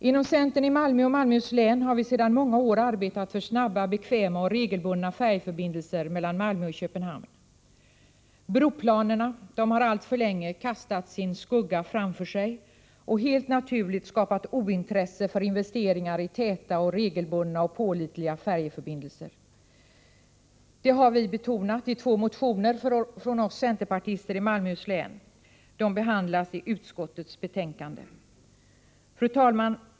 Inom centern i Malmö och Malmöhus län har vi sedan många år arbetat för snabba, bekväma och regelbundna färjeförbindelser mellan Malmö och Köpenhamn. Broplanerna har alltför länge kastat sin skugga framför sig och helt naturligt skapat ointresse för investeringar i täta, regelbundna och pålitliga färjeförbindelser. Det har vi betonat i två motioner från oss centerpartister i Malmöhus län. Dessa behandlas i utskottets betänkande. Fru talman!